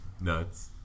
nuts